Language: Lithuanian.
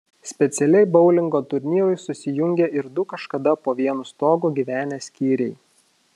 specialiai boulingo turnyrui susijungė ir du kažkada po vienu stogu gyvenę skyriai